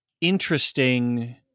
interesting